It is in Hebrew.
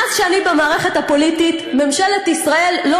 מאז אני במערכת הפוליטית ממשלת ישראל לא